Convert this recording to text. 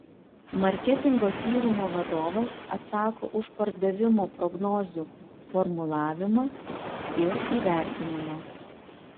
marketingo tyrimo vadovas atsako už pardavimo prognozių formulavimą ir įvertinimą